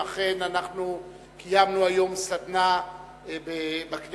אכן, אנחנו קיימנו היום סדנה בכנסת